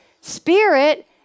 Spirit